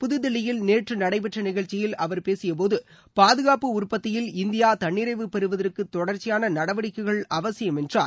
புதுதில்லியில் நேற்று நடைபெற்ற நிகழ்ச்சியில் அவர் பேசியபோது பாதுகாப்பு உற்பத்தியில் இந்தியா தன்னிறைவு பெறுவதற்கு தொடர்ச்சியான நடவடிக்கைகள் அவசியம் என்றார்